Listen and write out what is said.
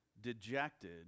dejected